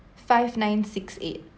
five nine six eight